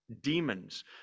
demons